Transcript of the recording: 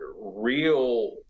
real